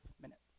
minutes